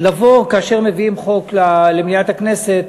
כאשר מביאים חוק למליאת הכנסת